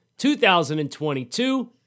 2022